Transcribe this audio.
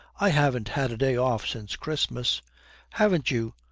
i haven't had a day off since christmas haven't you?